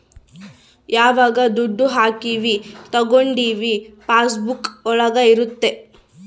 ಯಾವಾಗ ದುಡ್ಡು ಹಾಕೀವಿ ತಕ್ಕೊಂಡಿವಿ ಪಾಸ್ ಬುಕ್ ಒಳಗ ಇರುತ್ತೆ